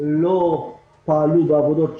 לא פעלו בעבודות שירות,